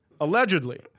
Allegedly